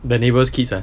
the neighbours kids ah